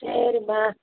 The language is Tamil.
சரிம்மா